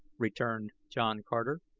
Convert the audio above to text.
returned john carter.